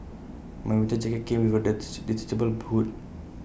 my winter jacket came with A detachable hood